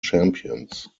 champions